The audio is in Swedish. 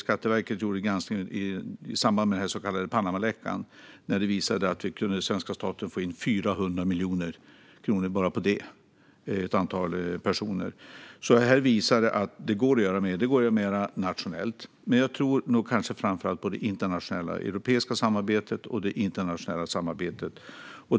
Skatteverkets granskning i samband med den så kallade Panamaläckan visade att svenska staten kunde få in 400 miljoner kronor bara på just det fallet, alltså ett antal personer. Det här visar att det går att göra mer. Det går att göra mer nationellt, men jag tror kanske framför allt på det europeiska samarbetet och det internationella samarbetet.